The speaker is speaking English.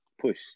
push